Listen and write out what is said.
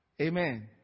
Amen